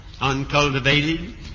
uncultivated